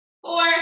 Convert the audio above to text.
four